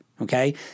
okay